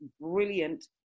brilliant